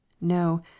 no